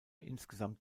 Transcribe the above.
insgesamt